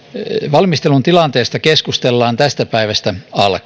valmistelun tilanteesta keskustellaan tästä päivästä alkaen